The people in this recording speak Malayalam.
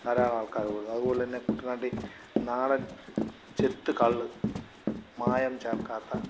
ധാരാളമാൾക്കാർ കൂടുന്നു അതുപോലെ തന്നെ കുട്ടനാട്ടിൽ നാടൻ ചെത്ത്കള്ള് മായം ചേർക്കാത്ത